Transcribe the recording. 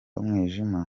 umwijima